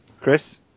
Chris